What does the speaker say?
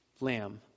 lamb